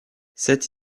cette